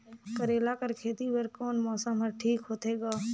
करेला कर खेती बर कोन मौसम हर ठीक होथे ग?